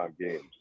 games